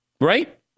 Right